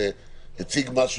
שבאמת הציג משהו.